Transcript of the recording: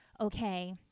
okay